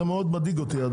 זה מאוד מדאיג אותי.